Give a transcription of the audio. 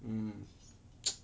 mm